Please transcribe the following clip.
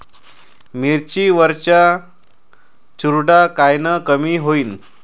मिरची वरचा चुरडा कायनं कमी होईन?